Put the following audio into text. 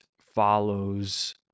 follows